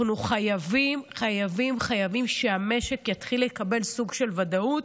אנחנו חייבים חייבים חייבים שהמשק יתחיל לקבל סוג של ודאות,